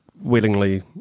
willingly